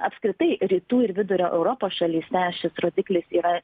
apskritai rytų ir vidurio europos šalyse šis rodiklis yra